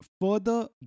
further